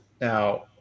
Now